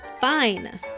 fine